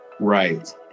right